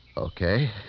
Okay